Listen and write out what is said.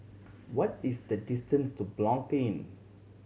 what is the distance to Blanc Inn